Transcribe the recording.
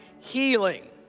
healing